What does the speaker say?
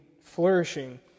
flourishing